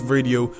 Radio